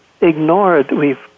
ignored—we've